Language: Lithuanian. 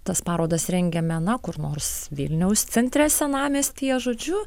tas parodas rengiame na kur nors vilniaus centre senamiestyje žodžiu